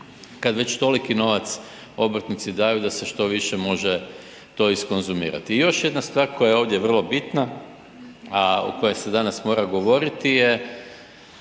kad već toliki novac obrtnici daju da se što više to može iskonzumirati. I još jedna stvar koja je ovdje vrlo bitna, a o kojoj se danas mora govoriti je